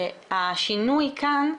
השינוי כאן,